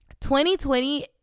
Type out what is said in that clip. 2020